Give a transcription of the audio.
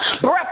breath